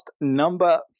number